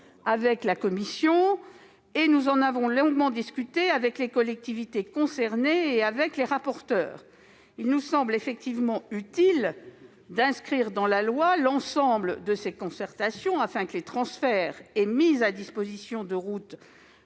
de concertation. Nous en avons longuement discuté avec les collectivités concernées et avec les rapporteurs. Il nous semble utile d'inscrire dans la loi l'ensemble de ces concertations, afin que les transferts et mises à disposition de routes,